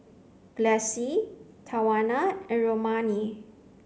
Gladyce Tawana and Romaine